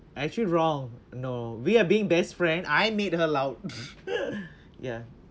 actually wrong no we are being best friend I made her loud ya